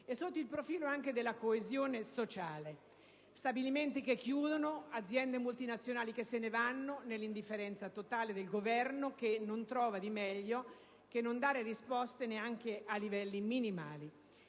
economico ed anche della coesione sociale. Stabilimenti che chiudono, aziende multinazionali che se ne vanno nell'indifferenza totale del Governo, che non trova di meglio che non dare risposte, neanche a livelli minimali.